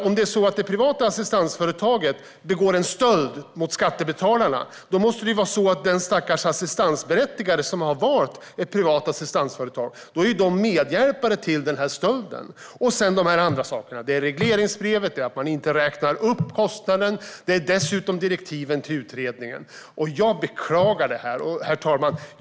Om det är så att det privata assistansföretaget begår en stöld mot skattebetalarna måste det ju vara så att den stackars assistansberättigade som har valt ett privat assistansföretag är medhjälpare vid stölden. Andra saker är regleringsbrevet, att man inte räknar upp kostnaden samt direktiven till utredningen. Jag beklagar det här, herr talman.